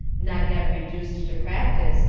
not yet reduced to practice,